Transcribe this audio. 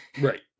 right